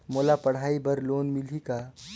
मोला पढ़ाई बर लोन मिलही का?